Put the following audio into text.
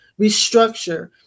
restructure